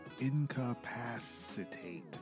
incapacitate